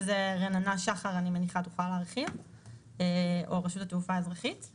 על זה רננה שחר או רשות התעופה האזרחית יוכלו להרחיב.